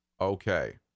Okay